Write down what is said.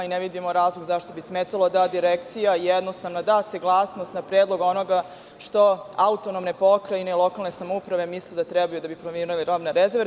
Ne vidimo razlog zašto bi smetalo da Direkcija jednostavno da saglasnost na predlog onoga što autonomne pokrajine i lokalne samouprave misle da treba da bi planirale robne rezerve.